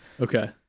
Okay